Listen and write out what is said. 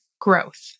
growth